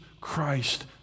Christ